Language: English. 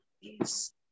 Yes